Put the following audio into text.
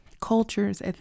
cultures